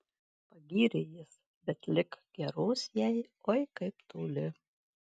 pagyrė jis bet lig geros jai oi kaip toli